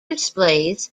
displays